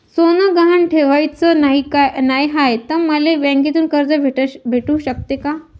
सोनं गहान ठेवाच नाही हाय, त मले बँकेतून कर्ज भेटू शकते का?